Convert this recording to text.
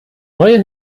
neue